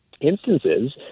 instances